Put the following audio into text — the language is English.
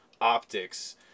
optics